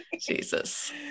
Jesus